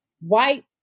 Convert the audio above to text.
white